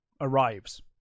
arrives